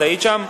את היית שם?